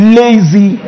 lazy